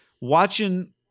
watching